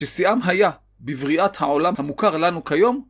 ששיאם היה בבריאת העולם המוכר לנו כיום